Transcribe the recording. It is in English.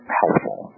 helpful